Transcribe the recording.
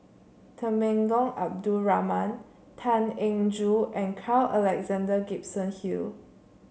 Temenggong Abdul Rahman Tan Eng Joo and Carl Alexander Gibson Hill